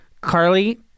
Carly